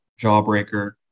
Jawbreaker